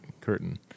curtain